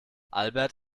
albert